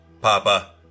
Papa